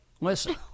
Listen